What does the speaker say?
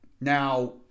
Now